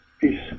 Peace